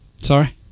Sorry